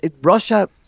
Russia